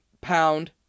Pound